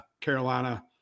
Carolina